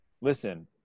listen